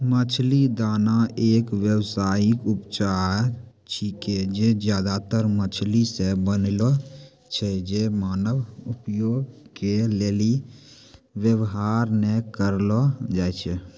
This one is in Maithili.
मछली दाना एक व्यावसायिक उपजा छिकै जे ज्यादातर मछली से बनलो छै जे मानव उपभोग के लेली वेवहार नै करलो जाय छै